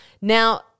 Now